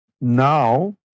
Now